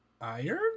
Iron